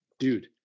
Dude